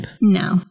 no